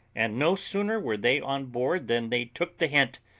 and no sooner were they on board than they took the hint,